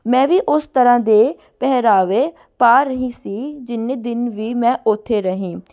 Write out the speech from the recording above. ਮੈਂ ਵੀ ਉਸ ਤਰ੍ਹਾਂ ਦੇ ਪਹਿਰਾਵੇ ਪਾ ਰਹੀ ਸੀ ਜਿੰਨੇ ਦਿਨ ਵੀ ਮੈਂ ਉੱਥੇ ਰਹੀ